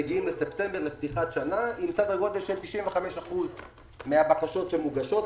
מגיעים לספטמבר לפתיחת שנה עם סדר גודל של 95 אחוזים מהבקשות שמוגשות,